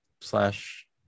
slash